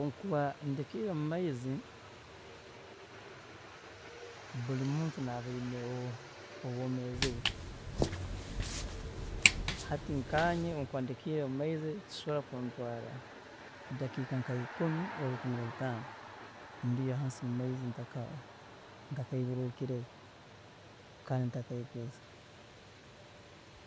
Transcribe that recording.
﻿Obu nkuba ndikiire mu maizi, buli muntu naaba aineho obwoomeezi bwe, hati nkanye obu nkuba ndikiire mumaizi kisobola kuntwaara edakiika nkaikumi rundi ikumi naitaano ndiyo hansi mumaizi ntaka ntakaibururukire kandi ntakaikize.